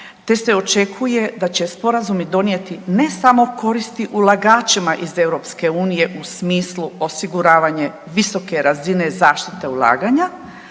te se očekuje da će sporazumi donijeti ne samo koristi ulagačima iz EU u smislu osiguravanje visoke razine zaštite ulaganja